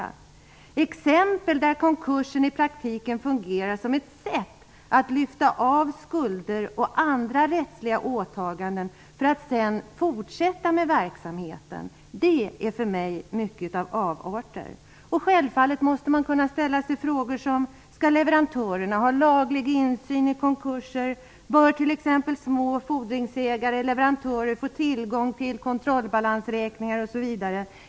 För mig är avarter t.ex. de fall då konkursen i praktiken fungerar som ett sätt för företagen att lyfta av skulder och andra rättsliga åtaganden för att sedan fortsätta med verksamheten. Självfallet måste man kunna ställa frågor, t.ex. om leverantörer skall ha en laglig insyn i konkurser? Bör små fordringsägare och leverantörer få tillgång till kontrollbalansräkningar osv.?